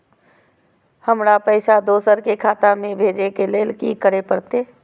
हमरा पैसा दोसर के खाता में भेजे के लेल की करे परते?